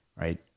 right